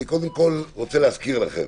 אני קודם כל רוצה להזכיר לכם,